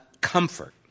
comfort